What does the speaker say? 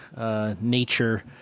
nature